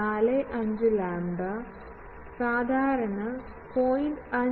45 lambda സാധാരണ 0